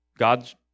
God's